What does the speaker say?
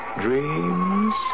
dreams